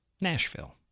Nashville